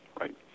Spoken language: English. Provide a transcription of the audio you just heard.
right